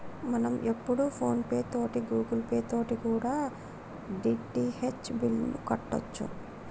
మనం ఇప్పుడు ఫోన్ పే తోటి గూగుల్ పే తోటి కూడా డి.టి.హెచ్ బిల్లుని కట్టొచ్చు